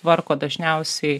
tvarko dažniausiai